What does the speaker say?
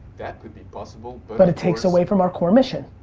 that could be possible, but but it takes away from our core mission.